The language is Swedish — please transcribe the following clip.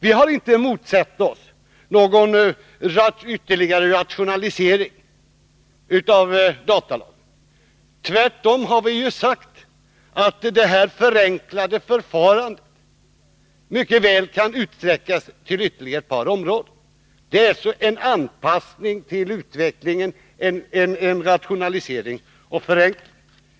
Vi har inte motsatt oss någon ytterligare rationalisering av datalagen. Tvärtom har vi ju sagt att det här förenklade förfarandet mycket väl kan utsträckas till ytterligare ett par områden. Det är en anpassning till utvecklingen, en rationalisering och en förenkling.